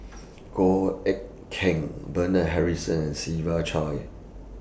Goh Eck Kheng Bernard Harrison Siva Choy